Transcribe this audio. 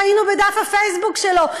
ראינו בדף הפייסבוק שלו.